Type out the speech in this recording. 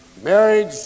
Marriage